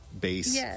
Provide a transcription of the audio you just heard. base